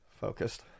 focused